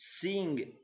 seeing